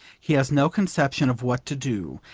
he has no conception of what to do,